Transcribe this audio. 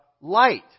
light